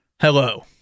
Hello